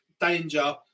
danger